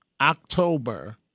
October